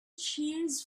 cheers